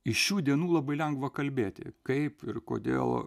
iš šių dienų labai lengva kalbėti kaip ir kodėl